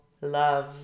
love